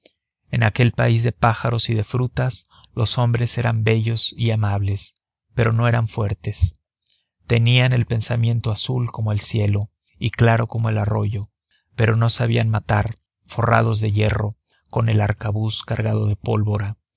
en aquel país de pájaros y de frutas los hombres eran bellos y amables pero no eran fuertes tenían el pensamiento azul como el cielo y claro como el arroyo pero no sabían matar forrados de hierro con el arcabuz cargado de pólvora